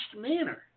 manner